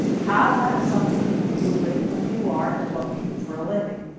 have that something to do with who you are, and what you do for a living.